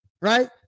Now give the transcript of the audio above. right